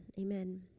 Amen